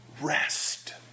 rest